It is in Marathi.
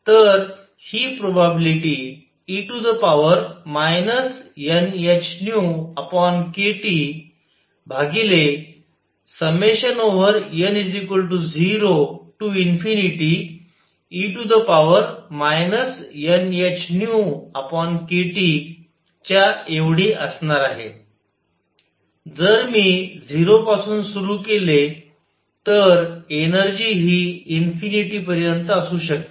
तर हि प्रोबॅबिलिटी e nhνkTn0e nhνkTच्या एव्हढी असणार आहे जर मी 0 पासून सुरु केले तर एनर्जी हि इन्फिनिटी पर्यंत असू शकते